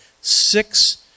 Six